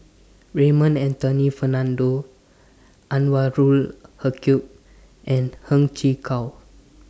Raymond Anthony Fernando Anwarul Haque and Heng Chee How